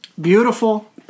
Beautiful